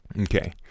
Okay